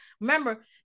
remember